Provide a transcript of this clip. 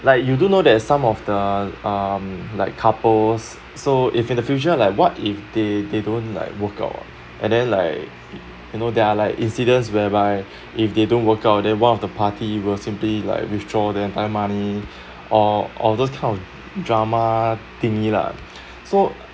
like you do know that some of the um like couples so if in the future like what if they they don't like work out ah and then like you know there are like incidents whereby if they don't work out then one of the party will simply like withdraw the entire money or or those kind of drama thingy lah so